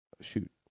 shoot